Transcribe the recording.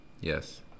Yes